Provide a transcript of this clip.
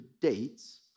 dates